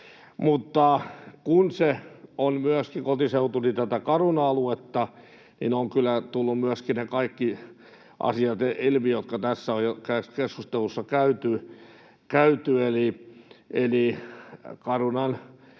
Mutta kun se kotiseutuni on myöskin tätä Caruna-aluetta, niin ovat kyllä tulleet ilmi myöskin ne kaikki asiat, jotka tässä on jo keskustelussa käyty. Eli Carunan